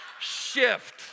shift